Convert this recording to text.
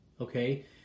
Okay